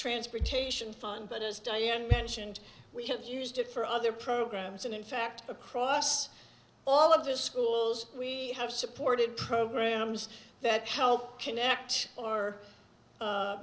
transportation fun but as diane mentioned we have used it for other programs and in fact across all of the schools we have supported programs that help connect or